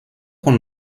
con